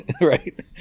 Right